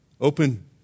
Open